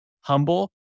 humble